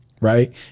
Right